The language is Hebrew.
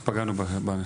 בסוף פגענו באנשים.